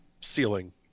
ceiling